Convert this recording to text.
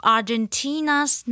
Argentina's